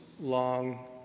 long